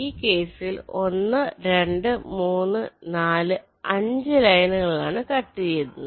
ഈ കേസിൽ 1 2 3 4 5 ലൈനുകളാണ് കട്ട് ചെയുന്നത്